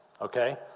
okay